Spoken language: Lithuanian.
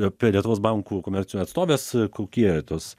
apie lietuvos bankų komercinių atstovės kokie tos